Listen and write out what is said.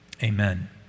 Amen